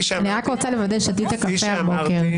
אני רק רוצה לוודא ששתית קפה הבוקר.